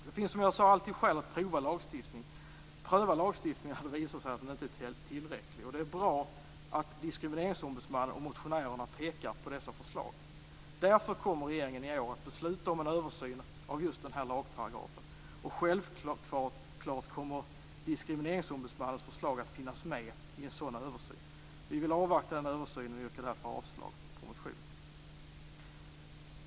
Det finns som jag sade, alltid skäl att pröva lagstiftningen när det visar sig att den inte är tillräcklig. Det är bra att Diskrimineringsombudsmannen och motionärerna pekar på dessa förslag. Därför kommer regeringen i år att besluta om en översyn av just den här lagparagrafen. Självklart kommer Diskrimineringsombudsmannens förslag att finnas med i en sådan översyn. Vi vill avvakta den översynen och yrkar därför avslag på motionen.